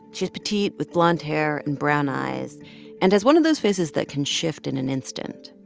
she's petite with blonde hair and brown eyes and has one of those faces that can shift in an instant.